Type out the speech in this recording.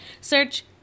search